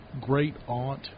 great-aunt